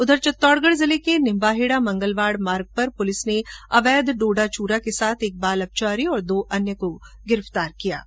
उधर चित्तौड़गढ जिले के निम्बाहेड़ा मंगलवाड़ मार्ग पर पुलिस ने अवैध डोडा चूरा के साथ एक बाल अपचारी और दो अन्य को गिरफ्तार किया है